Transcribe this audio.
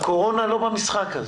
אוסאמה, הקורונה לא במשחק הזה.